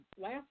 last